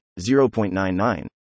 0.99